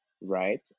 right